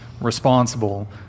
responsible